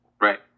Right